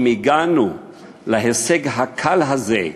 אם הגענו להישג הקל הזה,